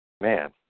Man